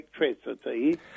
electricity